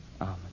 Amen